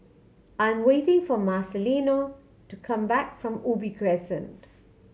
I'm waiting for Marcelino to come back from Ubi Crescent